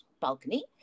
balcony